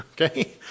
okay